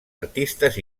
artistes